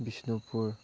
Bishnupur